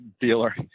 dealer